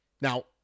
Now